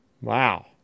wow